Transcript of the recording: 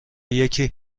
یکی